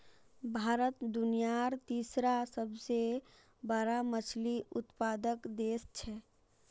भारत दुनियार तीसरा सबसे बड़ा मछली उत्पादक देश छे